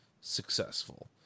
successful